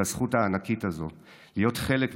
על הזכות הענקית הזאת להיות חלק מכם.